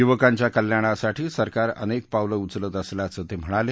युवकांच्या कल्याणासाठी सरकार अनेक पावलं उचलत असल्याचं ते म्हणाले